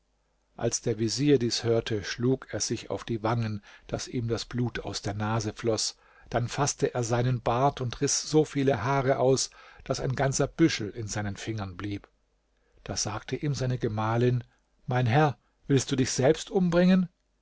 als der vezier dies hörte schlug er sich auf die wangen daß ihm das blut aus der nase floß dann faßte er seinen bart und riß so viele haare aus daß ein ganzer büschel in seinen fingern blieb da sagte ihm seine gemahlin mein herr willst du dich selbst umbringen